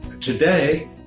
Today